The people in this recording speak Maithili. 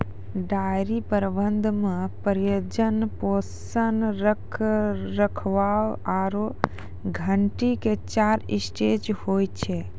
डेयरी प्रबंधन मॅ प्रजनन, पोषण, रखरखाव आरो छंटनी के चार स्टेज होय छै